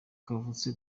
kavutse